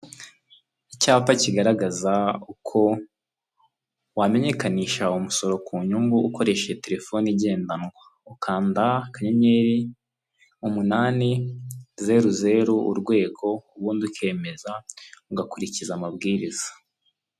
Icyapa kigaragaza uko wamenyekanisha umusoro ku nyungu ukoresheje telefone igendanwa ukanda kanyenyeri umunani, zeruzeru urwego ubundi ukemeza ugakurikiza amabwiriza.